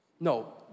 No